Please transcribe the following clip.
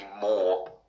more